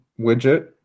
widget